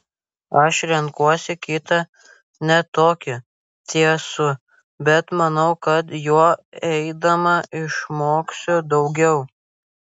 aš renkuosi kitą ne tokį tiesų bet manau kad juo eidama išmoksiu daugiau